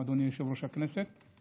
אדוני יושב-ראש הכנסת,